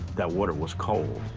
that water was cold.